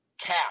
cap